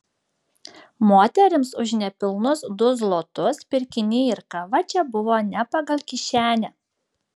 moterims už nepilnus du zlotus pirkiniai ir kava čia buvo ne pagal kišenę